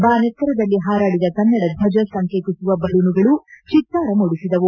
ಬಾನೆತ್ತರದಲ್ಲಿ ಹಾರಾಡಿದ ಕನ್ನಡ ದ್ವಜ ಸಂಕೇತಿಸುವ ಬಲೂನುಗಳು ಚಿತ್ತಾರ ಮೂಡಿಸಿದವು